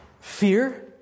Fear